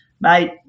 Mate